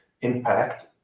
impact